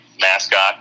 mascot